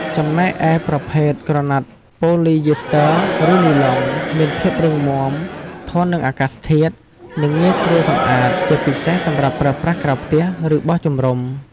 ចំណែកឯប្រភេទ ក្រណាត់ប៉ូលីយីស្ទ័រ ឬនីឡុង មានភាពរឹងមាំ ធន់នឹងអាកាសធាតុ និងងាយស្រួលសម្អាត ជាពិសេសសម្រាប់ប្រើប្រាស់ក្រៅផ្ទះ ឬបោះជំរុំ។